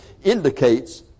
Indicates